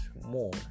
more